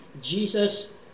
Jesus